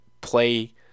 play